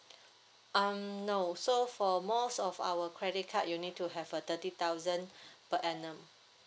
um no so for most of our credit card you need to have a thirty thousand per annum